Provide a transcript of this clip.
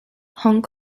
hong